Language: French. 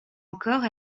encore